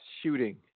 shooting